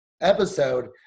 episode